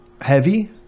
heavy